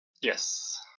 Yes